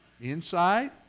inside